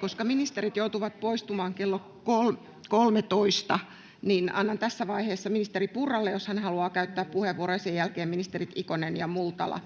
Koska ministerit joutuvat poistumaan kello 13, niin annan tässä vaiheessa ministeri Purralle, jos hän haluaa käyttää puheenvuoron, ja sen jälkeen ministerit Ikonen ja Multala.